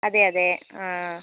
അതെയതെ ആ